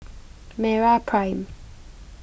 MeraPrime